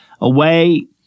away